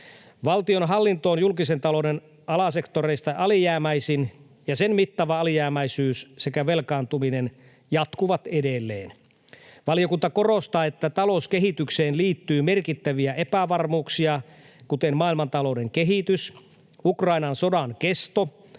Valtionhallinto on julkisen talouden alasektoreista alijäämäisin, ja sen mittava alijäämäisyys sekä velkaantuminen jatkuvat edelleen. Valiokunta korostaa, että talouskehitykseen liittyy merkittäviä epävarmuuksia, kuten maailmantalouden kehitys, Ukrainan sodan kesto,